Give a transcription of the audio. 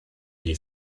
gli